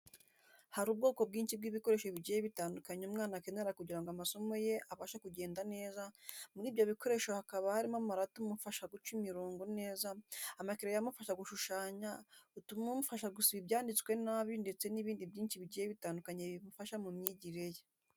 Hari ubwoko bwinshi bw’ibikoresho bigiye bitandukanye umwana akenera kugira ngo amasomo ye abashe kugenda neza, muri ibyo bikoresho hakaba harimo amarati amufasha guca imirongo neza, amakereyo amufasha gushushanya, utumufasha gusiba ibyanditswe nabi ndetse n’ibindi byinshi bigiye bitandukanye bimufasha mu myigire ye.